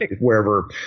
wherever